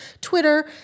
Twitter